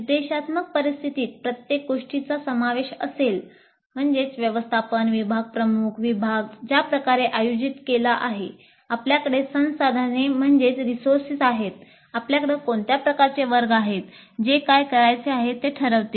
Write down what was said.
निर्देशात्मक परिस्थितीत प्रत्येक गोष्टीचा समावेश असेल व्यवस्थापन विभाग प्रमुख विभाग ज्या प्रकारे आयोजित केला आहे आपल्याकडे संसाधने आहेत आपल्याकडे कोणत्या प्रकारचे वर्ग आहेत जे काय करायचे आहे ते ठरवते